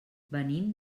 venim